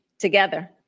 Together